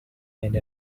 and